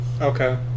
Okay